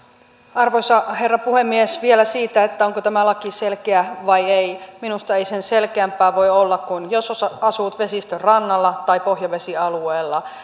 arvoisa herra puhemies vielä siitä onko tämä laki selkeä vai ei minusta ei sen selkeämpää voi olla jos asut vesistön rannalla tai pohjavesialueella